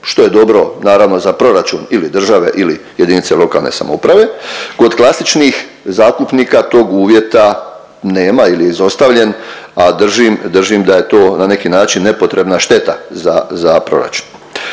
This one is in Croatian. što je dobro naravno za proračun ili države ili jedinice lokalne samouprave. Kod klasičnih zakupnika tog uvjeta nema ili je izostavljen, a držim da je to na neki način nepotrebna šteta za proračun.